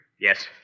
Yes